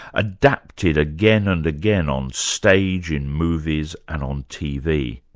adapted again and again on stage, in movies and on tv.